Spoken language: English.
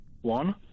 One